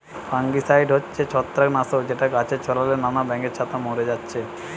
fungicide হচ্ছে ছত্রাক নাশক যেটা গাছে ছোড়ালে নানান ব্যাঙের ছাতা মোরে যাচ্ছে